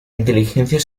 inteligencia